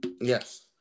Yes